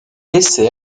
essaie